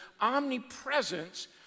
omnipresence